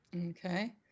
Okay